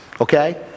Okay